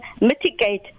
mitigate